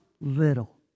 little